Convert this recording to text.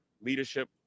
leadership